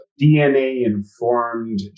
DNA-informed